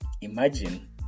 imagine